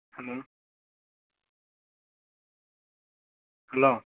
hello hello